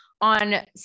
On